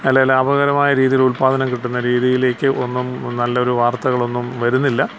നല്ല ലാഭകരമായ രീതിയിൽ ഉത്പാദനം കിട്ടുന്ന രീതീലേക്ക് ഒന്നും നല്ലൊരു വാർത്തകളൊന്നും വരുന്നില്ല